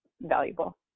valuable